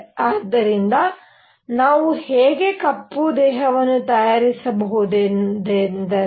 ಆದ್ದರಿಂದ ನಾವು ಹೇಗೆ ಕಪ್ಪು ದೇಹವನ್ನು ತಯಾರಿಸಬಹುದೆಂದರೆ